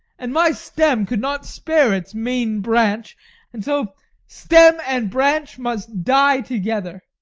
and my stem could not spare its main branch and so stem and branch must die together.